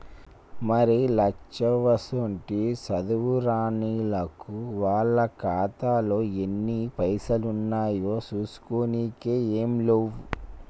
మరి లచ్చవ్వసోంటి సాధువు రానిల్లకు వాళ్ల ఖాతాలో ఎన్ని పైసలు ఉన్నాయో చూసుకోనికే ఏం లేవు